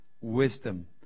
wisdom